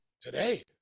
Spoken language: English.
Today